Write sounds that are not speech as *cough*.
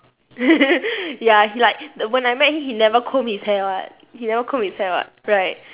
*laughs* ya he like when I met him he never comb his hair [what] he never comb his hair [what] right